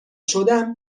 شدم